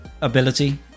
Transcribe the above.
ability